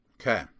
Okay